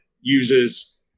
uses